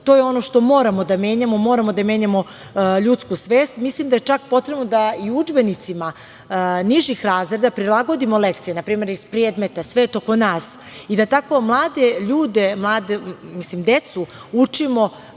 To je ono što moramo da menjamo. Moramo da menjamo ljudsku svest. Mislim da je čak potrebno da i u udžbenicima nižih razreda prilagodimo lekcije, na primer iz predmeta svet oko nas, i da tako mlade ljude, decu učimo